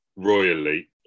royally